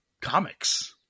comics